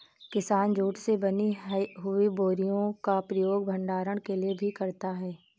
किसान जूट से बनी हुई बोरियों का प्रयोग भंडारण के लिए भी करता है